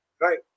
Right